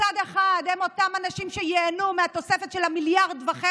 מצד אחד הם אותם אנשים שייהנו מהתוספת של ה-1.5 מיליארד,